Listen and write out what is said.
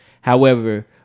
however-